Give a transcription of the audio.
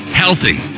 healthy